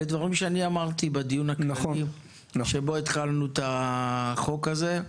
הם דברים שאני אמרתי בדיון הכללי שבו התחלנו את החוק הזה.